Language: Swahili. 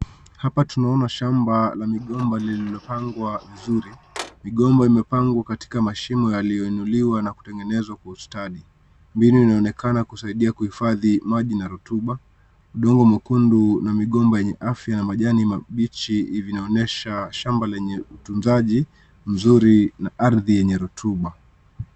Hapa tunaona shamba la migomba lililopangwa vizuri, migomba imepangwa katika mashimo yaliyoinuliwa na kutengenezwa kwa ustani. Mbinu inaonekana kusaidia kuhifadhi maji na rutuba, udogo mwekundu na migomba yenye afya na majani mabichi hivi linaonesha shamba lenye utumzaji mzuri na ardhi yenye rutuba.